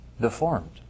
Deformed